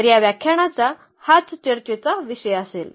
तर या व्याख्यानाचा हाच चर्चेचा विषय असेल